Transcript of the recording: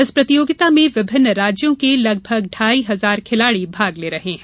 इस प्रतियोगिता में विभिन्न राज्यों के लगभग ढ़ाई हजार खिलाड़ी भाग ले रहे हैं